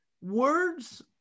words